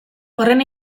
horren